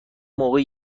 موقع